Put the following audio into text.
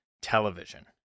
television